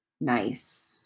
Nice